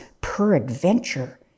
Peradventure